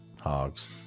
hogs